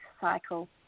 cycle